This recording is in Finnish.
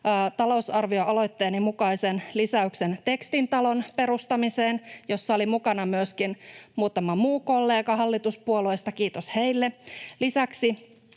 talousarvioaloitteeni mukaisen lisäyksen Tekstin talon perustamiseen. Tässä oli mukana myöskin muutama muu kollega hallituspuolueista, kiitos heille.